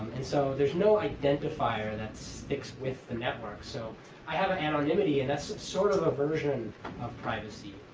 and so there's no identifier that sticks with the network. so i have an anonymity. and that's sort of a version of privacy,